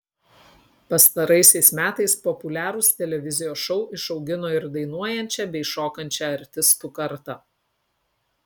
pastaraisiais metais populiarūs televizijos šou išaugino ir dainuojančią bei šokančią artistų kartą